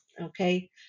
Okay